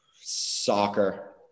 Soccer